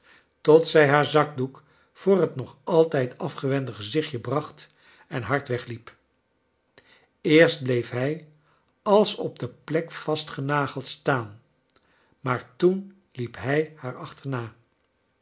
tot zij haar zakdoek voor het nog altijd afgewende gezichtje bracht en hard wegliep eerst bleef hij als op de plek vastgenageld staan maar toen liep hij haar achterna